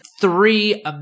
three